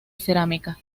cerámica